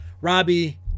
Robbie